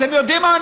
אתם יודעים מה?